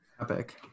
epic